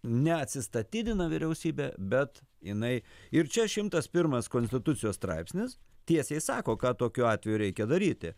neatsistatydina vyriausybė bet jinai ir čia šimtas pirmas konstitucijos straipsnis tiesiai sako ką tokiu atveju reikia daryti